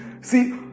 see